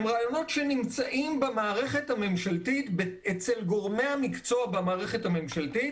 רעיונות שנמצאים אצל גורמי המקצוע במערכת הממשלתית.